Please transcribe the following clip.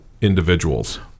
individuals